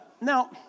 Now